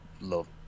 love